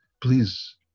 please